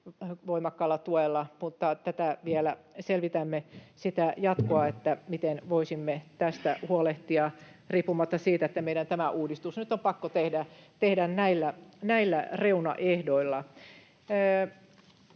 voimakkaalla tuella. Mutta selvitämme vielä sitä jatkoa, miten voisimme tästä huolehtia riippumatta siitä, että tämä uudistus meidän on nyt pakko tehdä näillä reunaehdoilla.